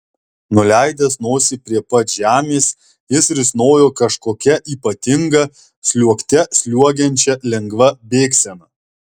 nuleidęs nosį prie pat žemės jis risnojo kažkokia ypatinga sliuogte sliuogiančia lengva bėgsena